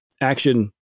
action